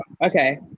okay